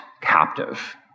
captive